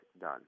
done